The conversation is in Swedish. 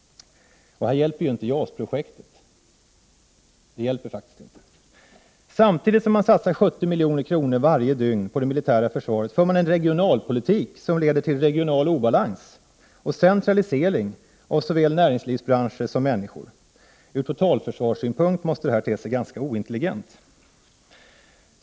Här hjälper ju inte JAS-projektet. Samtidigt som man varje dygn satsar 70 milj.kr. för man en regionalpolitik, som leder till regional obalans och centralisering av såväl näringslivsbranscher som människor. Från totalförsvarssynpunkt måste det här te sig ganska ointelligent.